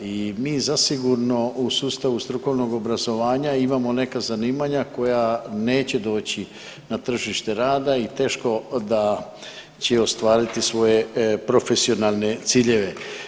I mi zasigurno u sustavu strukovnog obrazovanja imamo neka zanimanja koja neće doći na tržište rada i teško da će ostvariti svoje profesionalne ciljeve.